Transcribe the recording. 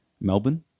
Melbourne